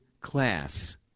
class